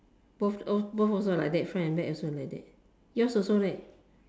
both both also like that front and back also like that yours also leh